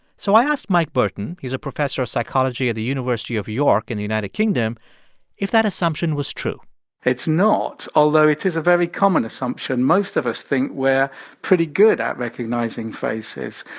so i asked mike burton he's a professor of psychology at the university of york in the united kingdom if that assumption was true it's not, although it is a very common assumption. most of us think we're pretty good at recognizing faces.